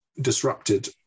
disrupted